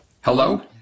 Hello